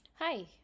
Hi